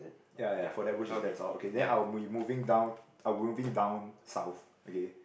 ya ya for that bush is that's all okay I be moving down I'm moving down south okay